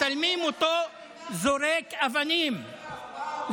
מצלמים אותו זורק אבנים,